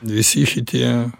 visi šitie